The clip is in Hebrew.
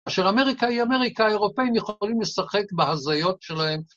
אשר אמריקה היא אמריקה, אירופאים יכולים לשחק בהזיות שלהם.